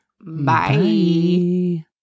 Bye